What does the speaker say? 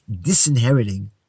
disinheriting